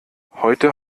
heute